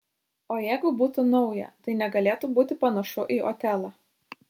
o jeigu būtų nauja tai negalėtų būti panašu į otelą